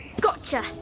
Gotcha